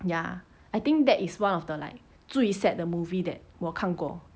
ya I think that is one of the like 最 sad 的 movie that 我看过